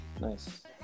Nice